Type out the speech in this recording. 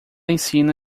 ensina